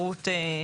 האפשרות